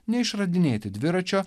neišradinėti dviračio